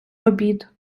обід